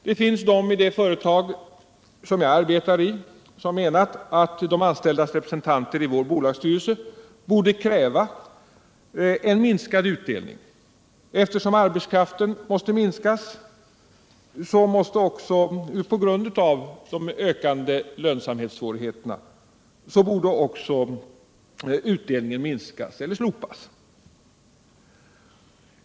Det finns de i det företag jag arbetar i som menat att de anställdas representanter i vår bolagsstyrelse borde kräva en minskad utdelning — eftersom arbetskraften måste minskas på grund av de ökande lönsamhetssvårigheterna så borde också utdelningen minska eller slopas.